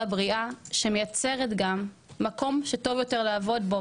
בריאה שמייצרת גם מקום שטוב יותר לעבוד בו,